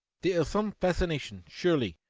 there is some fascination, surely,